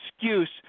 excuse